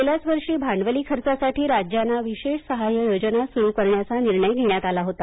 गेल्या वर्षीच भांडवली खर्चासाठी राज्यांना विशेष सहाय्य योजना सुरू करण्याचा निर्णय घेण्यात आला होता